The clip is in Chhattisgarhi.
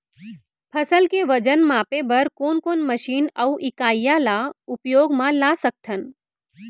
फसल के वजन मापे बर कोन कोन मशीन अऊ इकाइयां ला उपयोग मा ला सकथन?